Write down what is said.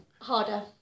Harder